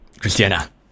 Christiana